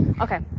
Okay